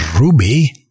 ruby